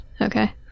okay